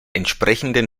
entsprechenden